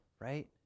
right